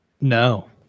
no